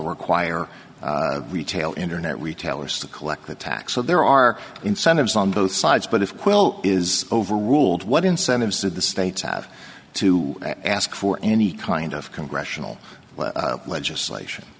choir retail internet retailers to collect the tax so there are incentives on both sides but if well is overruled what incentives did the states have to ask for any kind of congressional legislation